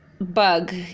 bug